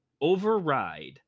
override